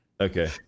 Okay